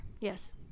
yes